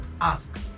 ask